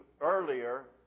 earlier